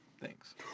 Thanks